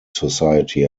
society